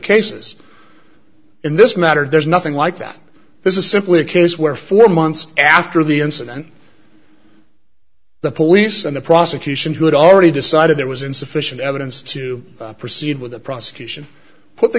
cases in this matter there's nothing like that this is simply a case where four months after the incident the police and the prosecution who had already decided there was insufficient evidence to proceed with the prosecution put the